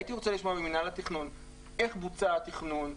הייתי רוצה לשמוע ממינהל התכנון איך בוצע התכנון,